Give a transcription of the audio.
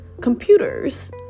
computers